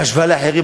בהשוואה לאחרים,